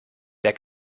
der